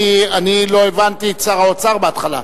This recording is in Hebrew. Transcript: אני לא הבנתי את שר האוצר בהתחלה.